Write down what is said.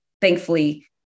thankfully